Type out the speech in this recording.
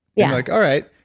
yeah like, all right,